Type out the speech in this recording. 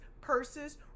purses